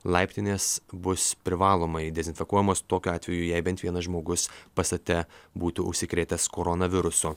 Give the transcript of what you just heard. laiptinės bus privalomai dezinfekuojamos tokiu atveju jei bent vienas žmogus pastate būtų užsikrėtęs koronavirusu